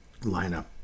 lineup